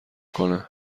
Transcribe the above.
کنه